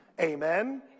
Amen